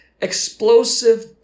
explosive